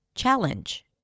challenge